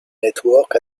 network